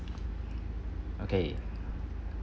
okay